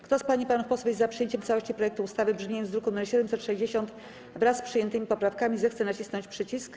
Kto z pań i panów posłów jest za przyjęciem w całości projektu ustawy w brzmieniu z druku nr 760, wraz z przyjętymi poprawkami, zechce nacisnąć przycisk.